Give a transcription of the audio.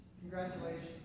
Congratulations